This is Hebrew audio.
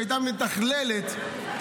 שהייתה מתכללת,